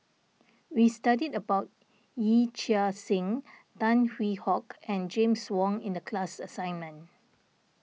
we studied about Yee Chia Hsing Tan Hwee Hock and James Wong in the class assignment